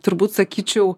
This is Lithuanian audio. turbūt sakyčiau